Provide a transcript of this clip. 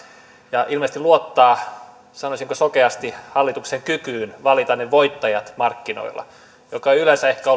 ja ilmeisesti luottaa sanoisinko sokeasti hallituksen kykyyn valita ne voittajat markkinoilla mikä ei yleensä ehkä